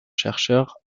chercheurs